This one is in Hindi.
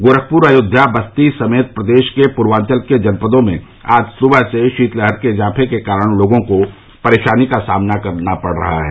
गोरखपुर अयोध्या बस्ती समेत प्रदेश के पूर्वांचल के जनपदों में आज सुबह से शीतलहर में इजाफे के कारण लोगों को परेशानी का सामना करना पड़ रहा है